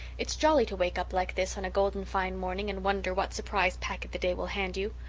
it's jolly to wake up like this on a golden-fine morning and wonder what surprise packet the day will hand you.